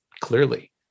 clearly